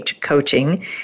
coaching